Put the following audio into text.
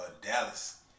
Dallas